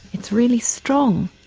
it's really strong.